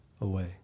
away